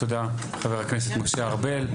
תודה חבר הכנסת משה ארבל.